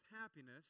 happiness